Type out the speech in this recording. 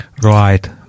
Right